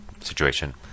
situation